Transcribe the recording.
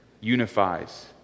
unifies